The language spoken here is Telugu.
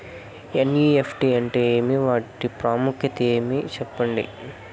ఎన్.ఇ.ఎఫ్.టి అంటే ఏమి వాటి ప్రాముఖ్యత ఏమి? సెప్పండి?